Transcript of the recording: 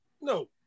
No